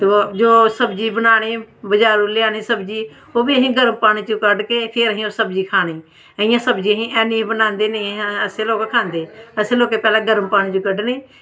जो सब्जी बनानी बजारू लेई औनी सब्जी ओह्बी असें गरम पानी च कड्ढ के ओह् फिर सब्जी खानी इनें सहब्जियें गी नेईं अस लोग बनांदे ते नेईं अस खंदे असें लोकें पैह्लें गरम पानी च कड्ढने